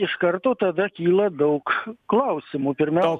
iš karto tada kyla daug klausimų pirmiau